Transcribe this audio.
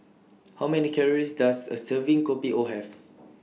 How Many Calories Does A Serving Kopi O Have